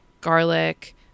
garlic